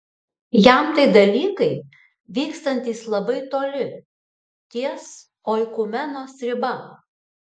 jam tai dalykai vykstantys labai toli ties oikumenos riba